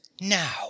Now